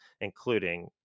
including